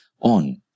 on